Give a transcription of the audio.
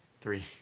Three